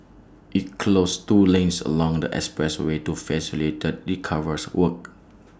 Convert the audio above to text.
IT closed two lanes along the expressway to facilitate recovers works